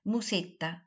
Musetta